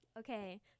Okay